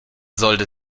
sollte